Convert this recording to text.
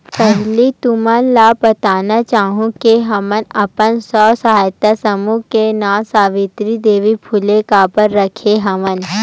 पहिली तुमन ल बताना चाहूँ के हमन अपन स्व सहायता समूह के नांव सावित्री देवी फूले काबर रखे हवन